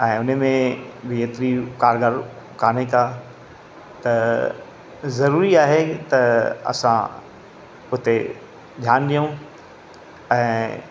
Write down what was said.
ऐं उन में एतिरी कारगारु कोन्हे का त ज़रूरी आहे त असां हुते ध्यानु ॾियो ऐं